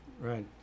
Right